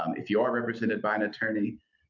um if you are represented by an attorney,